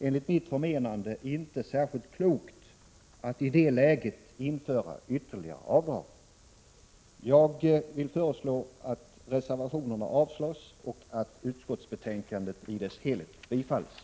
Enligt mitt förmenande vore det inte särskilt klokt att i det läget införa ytterligare avdrag. Jag vill föreslå att reservationerna avslås och att utskottsbetänkandet bifalls i sin helhet.